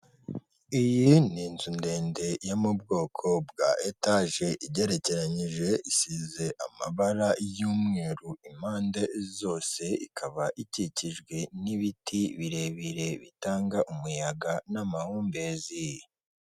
Iyi ni inzu ndende yo mu bwoko bwa etaje igerekeranyije, isize amabara y'umweru impande zose, ikaba ikikijwe n'ibiti birebire bitanga umuyaga n'amahumbezi.